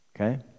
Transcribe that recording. Okay